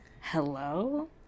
Hello